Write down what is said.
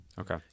Okay